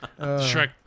Shrek